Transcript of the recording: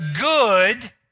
good